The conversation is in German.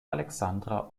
alexandra